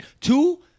Two